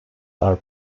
are